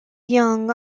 young